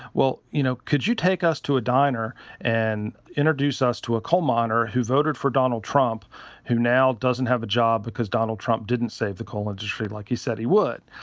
well you know could you take us to a diner and introduce us to a coal miner who voted for donald trump who now doesn't have a job because donald trump didn't save the coal industry like you said he would.